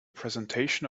presentation